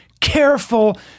Careful